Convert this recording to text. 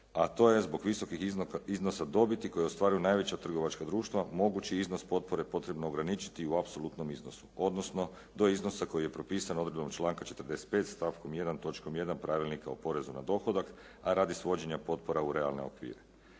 a to je zbog visokih iznosa dobiti koji ostvaruju najveća trgovačka društva mogući iznos potpore potrebno ograničiti u apsolutnom iznosu, odnosno do iznosa koji je propisan odredbom članka 45., stavkom 1. točkom 1. Pravilnika o porezu na dohodak, a radi svođenja potpora u realne okvire.